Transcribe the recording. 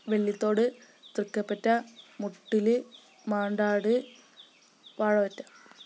Vellithode Thrikkaipatta Muttil Mandad Vazhavatta